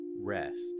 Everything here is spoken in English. rest